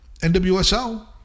NWSL